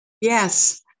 Yes